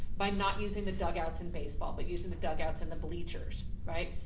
by not using the dugouts in baseball but using the dugouts in the bleachers, right?